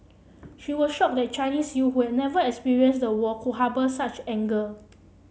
she was shocked that Chinese youth who had never experienced the war could harbour such anger